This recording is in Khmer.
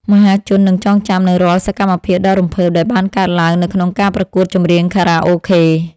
មហាជននឹងចងចាំនូវរាល់សកម្មភាពដ៏រំភើបដែលបានកើតឡើងនៅក្នុងការប្រកួតចម្រៀងខារ៉ាអូខេ។